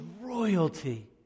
royalty